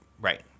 right